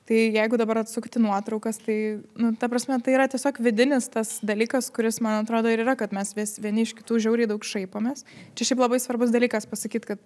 tai jeigu dabar atsukti nuotraukas tai nu ta prasme tai yra tiesiog vidinis tas dalykas kuris man atrodo ir yra kad mes vis vieni iš kitų žiauriai daug šaipomės čia šiaip labai svarbus dalykas pasakyt kad